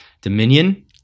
Dominion